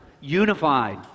unified